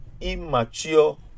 immature